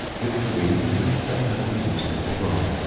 with the reasons that have induced him to write.